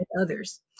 others